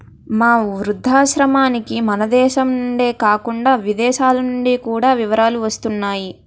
మా వృద్ధాశ్రమానికి మనదేశం నుండే కాకుండా విదేశాలనుండి కూడా విరాళాలు వస్తున్నాయి